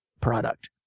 product